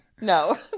No